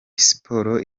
siporo